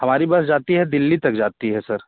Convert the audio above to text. हमारी बस जाती है दिल्ली तक जाती है सर